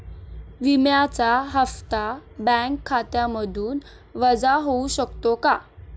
विम्याचा हप्ता बँक खात्यामधून वजा होऊ शकतो का?